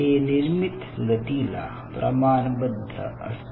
हे निर्मित गतीला प्रमाणबद्ध असते